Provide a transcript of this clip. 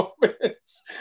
moments